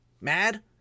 mad